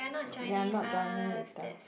ya I'm not joining later